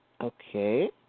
okay